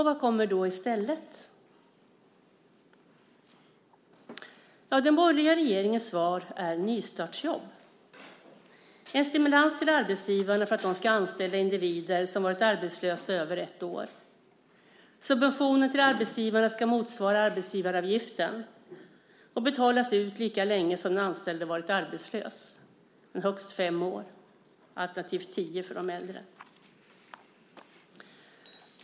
Vad kommer då i stället? Ja, den borgerliga regeringens svar är nystartsjobb, en stimulans till arbetsgivarna för att de ska anställa individer som varit arbetslösa över ett år. Subventionen till arbetsgivarna ska motsvara arbetsgivaravgiften och betalas ut lika länge som den anställde varit arbetslös, men högst fem år, alternativt tio år för de äldre.